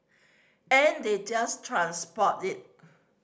and they just transport it